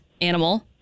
animal